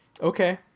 Okay